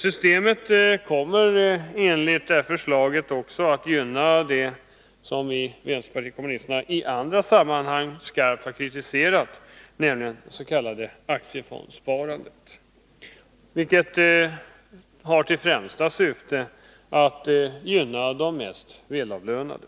Det föreslagna systemet kommer också att gynna det som vänsterpartiet kommunisterna i andra sammanhang skarpt har kritiserat, nämligen aktiefondssparandet. Det har till främsta syfte att gynna de mest välavlönade.